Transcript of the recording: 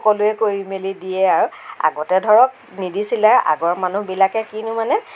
সকলোৱেই কৰি মেলি দিয়ে আৰু আগতে ধৰক নিদিছিল আগৰ মানুহবিলাকে কিনো মানে